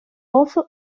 also